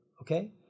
okay